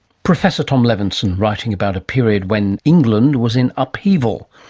professor tom levenson writing about a period when england was in upheaval.